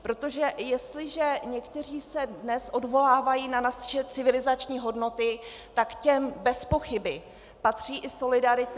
Protože jestliže někteří se dodnes odvolávají na naše civilizační hodnoty, tak k těm bezpochyby patří i solidarita.